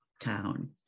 town